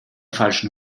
falschen